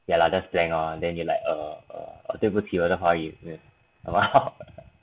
ya lah just blank lor then you like uh uh 对不起我的华语没有